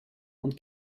und